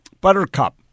buttercup